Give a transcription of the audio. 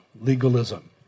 Legalism